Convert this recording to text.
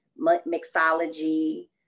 mixology